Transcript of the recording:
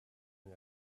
and